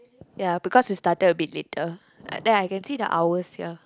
ya because we started a bit later ya I can see the hours here